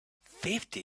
fifty